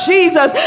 Jesus